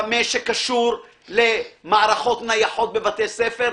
במה שקשור למערכות נייחות בבתי ספר,